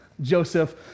Joseph